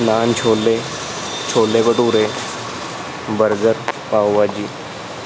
naan chole chole bhature burger pav ਭਾਜੀ